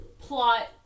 plot